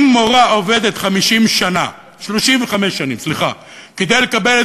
אם מורה עובדת 35 שנים כדי לקבל את